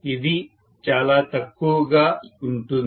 ఇది చాలా తక్కువగా ఉంటుంది